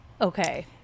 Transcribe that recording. Okay